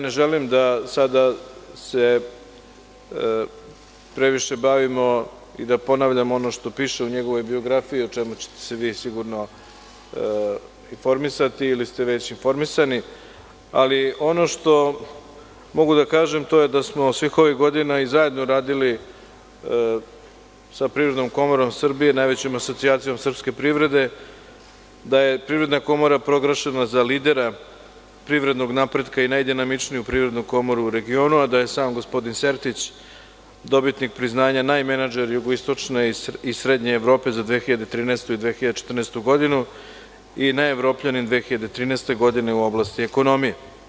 Ne želim da se sada previše bavimo i da ponavljamo ono što piše u njegovoj biografiji, o čemu ćete se vi informisati ili ste već informisani, ali ono što mogu da kažem to je da smo svih ovih godina zajedno radili sa Privrednom komorom Srbije, najvećom asocijacijom srpske privrede i da je Privredna komora proglašena za lidera privrednog napretka i najdinamičniju privrednu komoru u regionu, a da je sam gospodin Sertić dobitnik priznanja najmenadžer jugoistočne i srednje Evrope za 2013. i 2014. godinu i najevropljanin 2013. godine u oblasti ekonomije.